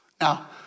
now